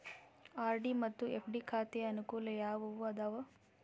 RD ಮತ್ತು FD ಖಾತೆಯ ಅನುಕೂಲ ಯಾವುವು ಅದಾವ?